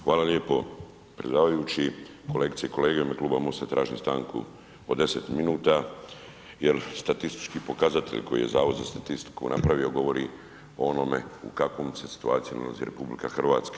Hvala lijepo predsjedavajući, kolegice i kolege, u ime kluba MOST-a tražim stanku od 10 minuta jer statistički pokazatelj koji je Zavod za statistiku napravio, govori o onome u kakvoj se situaciji nalazi RH.